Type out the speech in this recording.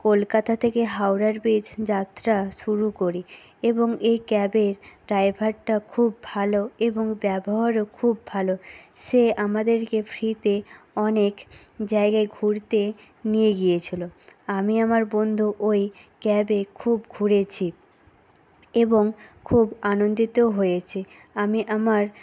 কলকাতা থেকে হাওড়ার ব্রিজ যাত্রা শুরু করি এবং এই ক্যাবের ড্রাইভারটা খুব ভালো এবং ব্যবহারও খুব ভালো সে আমাদেরকে ফ্রিতে অনেক জায়গায় ঘুরতে নিয়ে গিয়েছিলো আমি আমার বন্ধু ওই ক্যাবে খুব ঘুরেছি এবং খুব আনন্দিতও হয়েছি আমি আমার